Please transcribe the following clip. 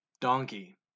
donkey